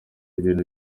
ibintu